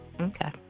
Okay